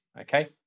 okay